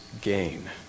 gain